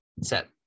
set